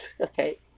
Okay